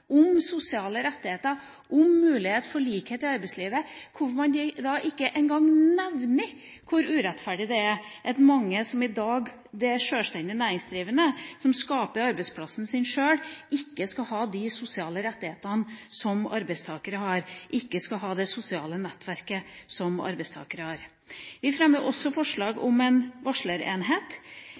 om sosiale rettigheter og om mulighet for likhet i arbeidslivet, hvorfor man da ikke engang nevner hvor urettferdig det er at mange som i dag er sjølstendig næringsdrivende, som skaper arbeidsplassen sin sjøl, ikke skal ha de sosiale rettighetene og det sosiale nettverket som arbeidstakere har. Vi fremmer også forslag om en varslerenhet.